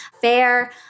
fair